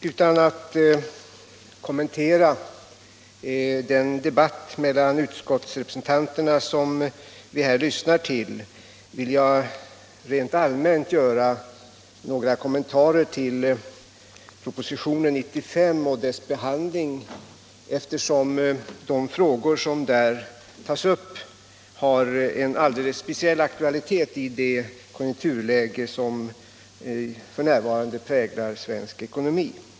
Utan att kommentera den debatt mellan utskottsrepresentanterna som vi här lyssnar till vill jag rent allmänt göra några kommentarer till proposition 95 och dess behandling, eftersom de frågor som där tas upp har en alldeles speciell aktualitet i det konjunkturläge som f. n. präglar svensk ekonomi.